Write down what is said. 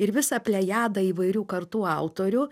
ir visą plejadą įvairių kartų autorių